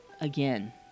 again